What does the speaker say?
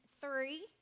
Three